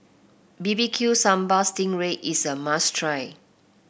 B B Q Sambal Sting Ray is a must try